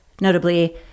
Notably